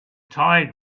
tide